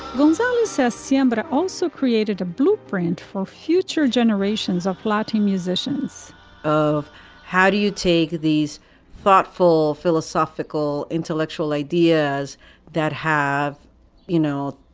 gonzalez says sam but i also created a blueprint for future generations of latin musicians of how do you take these thoughtful philosophical intellectual ideas that have you know